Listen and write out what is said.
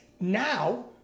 now